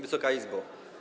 Wysoka Izbo!